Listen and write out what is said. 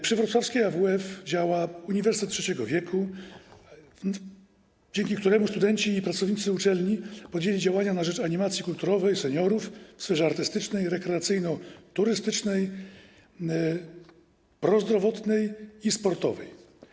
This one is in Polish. Przy wrocławskiej AWF działa uniwersytet trzeciego wieku, dzięki któremu studenci i pracownicy uczelni podjęli działania na rzecz animacji kulturowej skierowanej do seniorów w sferze artystycznej i rekreacyjno-turystycznej, prozdrowotnej i sportowej.